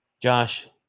Josh